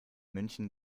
münchen